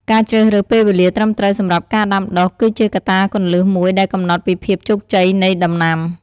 ការជ្រើសរើសពេលវេលាត្រឹមត្រូវសម្រាប់ការដាំដុះ គឺជាកត្តាគន្លឹះមួយដែលកំណត់ពីភាពជោគជ័យនៃដំណាំ។